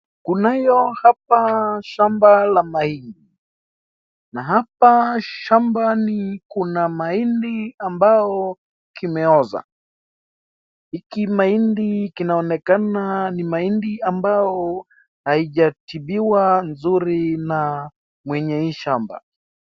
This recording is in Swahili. Kunayo hapa shamba la mahindi. Na hapa shambani kuna mahindi ambao kimeoza. Hii mahindi kinaonekana ni mahindi ambao haijatibiwa nzuri na mwenye hii shamba.